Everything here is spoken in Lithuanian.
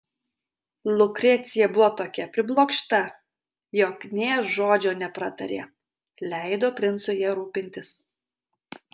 lukrecija buvo tokia priblokšta jog nė žodžio nepratarė leido princui ja rūpintis